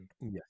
Yes